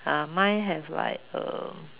uh mine have like err